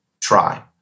try